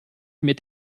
mit